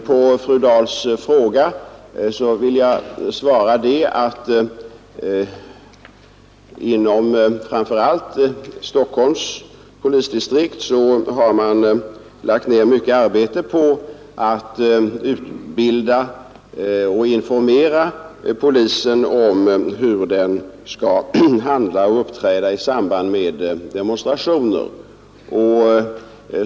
På fru Dahls fråga vill jag svara att man inom framför allt Stockholms polisdistrikt har lagt ned mycket arbete på att utbilda och informera polisen om hur den skall handla och uppträda i samband med demonstrationer.